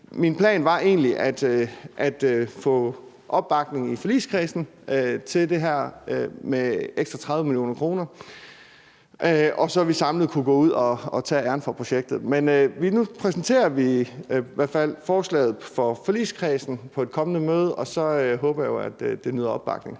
Min plan var egentlig at få opbakning i forligskredsen til det her med ekstra 30 mio. kr., så vi samlet kunne gå ud at tage æren for projektet. Nu præsenterer vi i hvert fald forslaget for forligskredsen på et kommende møde, og så håber jeg jo, at det nyder opbakning.